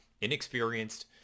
inexperienced